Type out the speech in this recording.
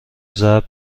ضرب